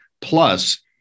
plus